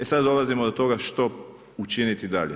E sad dolazimo do toga što učiniti dalje.